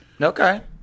Okay